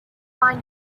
find